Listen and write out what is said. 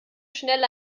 schnell